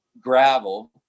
gravel